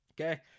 Okay